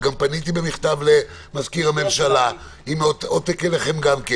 ופניתי במכתב למזכיר הממשלה עם עותק אליכם.